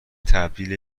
تبدیل